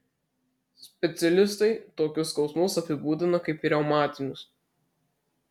specialistai tokius skausmus apibūdina kaip reumatinius